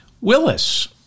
Willis